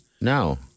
No